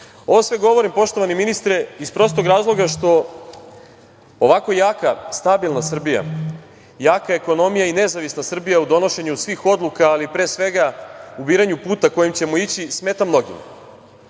sve govorim, poštovani ministre iz prostog razloga što ovako jaka, stabilna Srbija, jaka ekonomija i nezavisna Srbija u donošenju svih odluka, ali pre svega u biranju puta kojim ćemo ići smeta